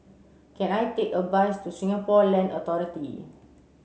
can I take a bus to Singapore Land Authority